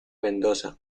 mendoza